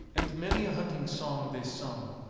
and many a hunting song they sung,